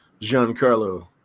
Giancarlo